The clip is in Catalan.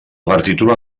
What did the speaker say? partitura